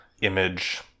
image